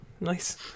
Nice